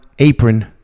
apron